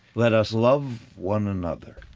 let us love one another.